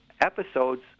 episodes